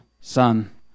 Son